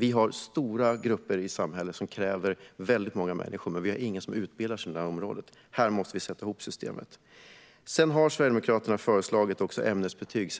Det finns stora grupper i samhället som kräver väldigt många människor, men vi har inga som utbildar sig inom de områdena. Här måste vi sätta ihop systemet. Sverigedemokraterna har sedan tidigt föreslagit ämnesbetyg.